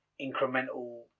incremental